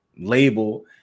label